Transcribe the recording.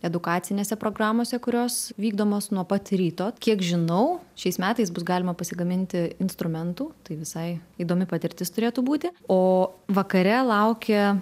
edukacinėse programose kurios vykdomos nuo pat ryto kiek žinau šiais metais bus galima pasigaminti instrumentų tai visai įdomi patirtis turėtų būti o vakare laukia